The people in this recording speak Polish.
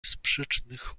sprzecznych